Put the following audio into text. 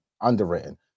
underwritten